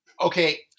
Okay